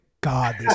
God